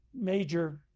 major